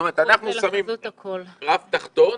זאת אומרת אנחנו שמים רף תחתון